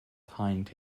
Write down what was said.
behind